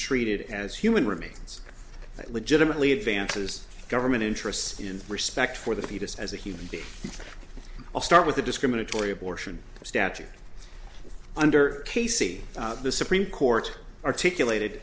treated as human remains legitimately advances government interests in respect for the fetus as a human being i'll start with the discriminatory abortion statute under casey the supreme court articulated